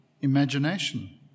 imagination